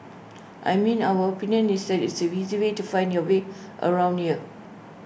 I mean our opinion is that it's so easy way to find your way around here